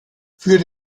für